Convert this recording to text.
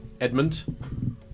Edmund